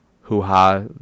hoo-ha